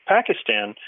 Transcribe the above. Pakistan